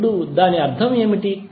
ఇప్పుడు దాని అర్థం ఏమిటి